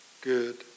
good